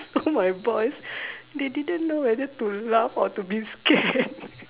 so my boys they didn't know whether to laugh or to be scared